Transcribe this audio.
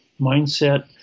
Mindset